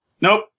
Nope